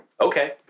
okay